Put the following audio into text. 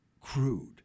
crude